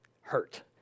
hurt